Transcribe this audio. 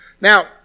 Now